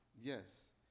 yes